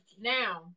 now